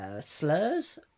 slurs